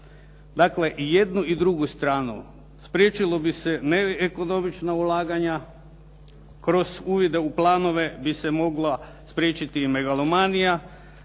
Dakle, i jednu i drugu stranu spriječilo bi se neekonomična ulaganja. Kroz uvide u planove bi se mogla spriječiti i megalomanija,